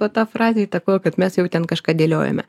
va ta frazė įtakojo kad mes jau ten kažką dėliojome